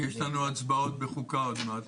כי יש לשנינו הצבעות בחוקה עוד מעט.